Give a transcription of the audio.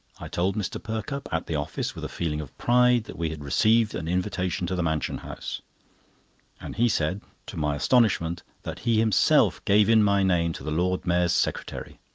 i told mr. perkupp, at the office, with a feeling of pride, that we had received an invitation to the mansion house and he said, to my astonishment, that he himself gave in my name to the lord mayor's secretary.